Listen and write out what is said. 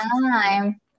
time